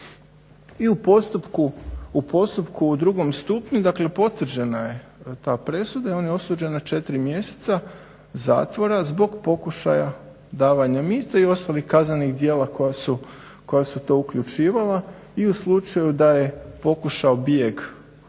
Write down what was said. I u postupku u drugom stupnju dakle potvrđena je ta presuda i on je osuđen na 4 mjeseca zatvora zbog pokušaja davanja mita i ostalih kaznenih djela koja su to uključivala. I u slučaju da je pokušao bijeg